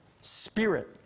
spirit